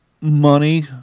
money